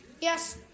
Yes